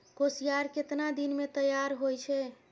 कोसियार केतना दिन मे तैयार हौय छै?